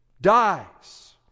dies